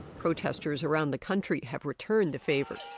protesters around the country have returned the favor.